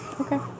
Okay